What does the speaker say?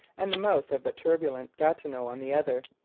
and the mouth of the turbulent gatineau on the other,